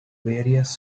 various